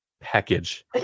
package